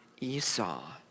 Esau